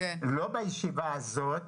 לא בישיבה הזאת,